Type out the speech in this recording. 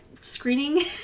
screening